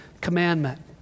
commandment